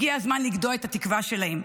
הגיע הזמן לגדוע את התקווה שלהם.